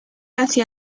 hacia